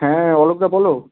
হ্যাঁ অলোকদা বলো